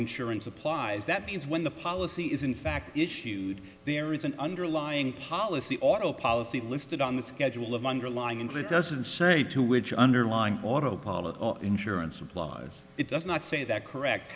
insurance applies that means when the policy is in fact issued there is an underlying policy auto policy listed on the schedule of underlying and it doesn't say to which underlying auto pilot insurance applies it does not say that correct